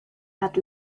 had